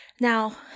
Now